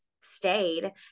stayed